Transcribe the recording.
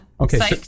Okay